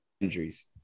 injuries